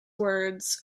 words